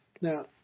Now